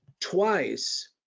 Twice